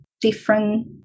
different